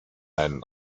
einen